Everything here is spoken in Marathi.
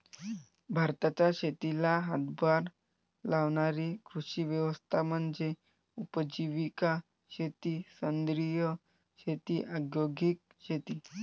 भारताच्या शेतीला हातभार लावणारी कृषी व्यवस्था म्हणजे उपजीविका शेती सेंद्रिय शेती औद्योगिक शेती